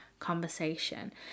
conversation